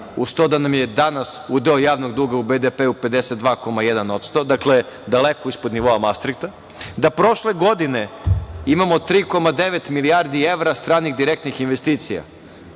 uz to da nam je danas udeo javnog duga u BDP-u 52,1%, dakle, daleko ispod nivoa Mastrihta, da prošle godine imamo 3,9 milijardi evra stranih direktnih investicija,